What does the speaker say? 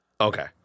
Okay